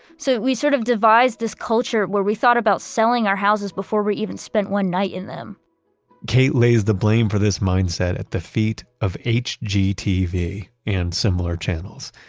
so we sort of devised this culture where we thought about selling our houses before we even spent one night in them kate lays the blame for this mindset at the feet of hgtv and similar channels.